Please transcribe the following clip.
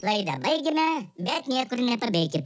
laidą baigėme bet niekur nepabėkit